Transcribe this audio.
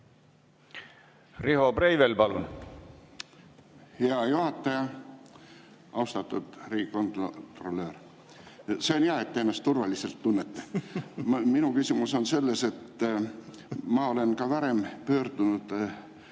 Riho Breivel, palun! Hea juhataja! Austatud riigikontrolör! See on hea, et te ennast turvaliselt tunnete. Minu küsimus on selles, et ma olen ka varem pöördunud